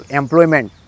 employment